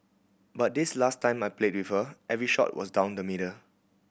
but this last time I played with her every shot was down the middle